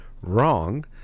wrong